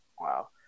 Wow